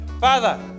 Father